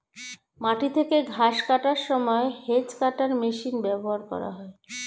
মাটি থেকে ঘাস কাটার সময় হেজ্ কাটার মেশিন ব্যবহার করা হয়